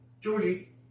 Georgie